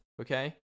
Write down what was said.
Okay